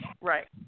Right